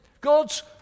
God's